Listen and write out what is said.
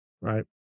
right